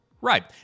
Right